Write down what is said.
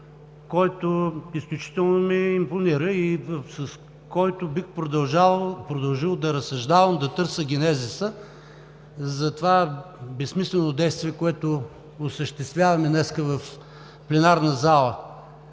който изключително ми импонира и с който бих продължил да разсъждавам, да търся генезиса за това безсмислено действие, което осъществяваме днес в пленарната зала